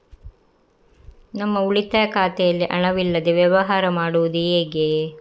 ನಮ್ಮ ಉಳಿತಾಯ ಖಾತೆಯಲ್ಲಿ ಹಣವಿಲ್ಲದೇ ವ್ಯವಹಾರ ಮಾಡುವುದು ಹೇಗೆ?